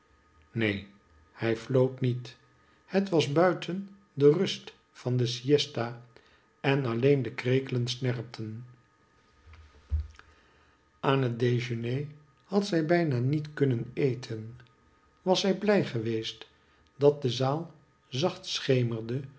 neen hij floot niet het was buiten de rust van de siesta en alleen de krekelen snerpten aan het dejeuner had zij bijna niet kunnen eten was zij blij geweest dat de zaal zacht schemerde